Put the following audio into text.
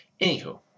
Anywho